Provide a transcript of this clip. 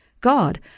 God